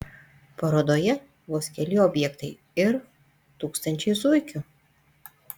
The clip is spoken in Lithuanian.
parodoje vos keli objektai ir tūkstančiai zuikių